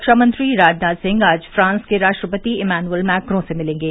रक्षामंत्री राजनाथ सिंह आज फ्रांस के राष्ट्रपति इमैनुअल मैक्रों से मिलेंगे